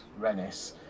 Rennis